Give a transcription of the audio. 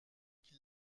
qui